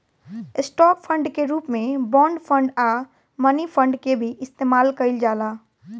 stock fund के रूप में बॉन्ड फंड आ मनी फंड के भी इस्तमाल कईल जाला